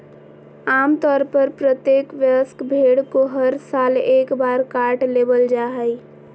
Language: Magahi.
आम तौर पर प्रत्येक वयस्क भेड़ को हर साल एक बार काट लेबल जा हइ